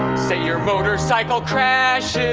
say your motorcycle crashes.